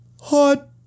Hot